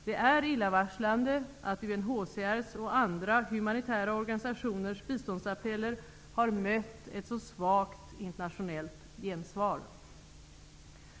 Det är illavarslande att UNHCR:s och andra humanitära organisationers biståndsappeller har mött ett så svagt internationellt gensvar.